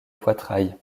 poitrail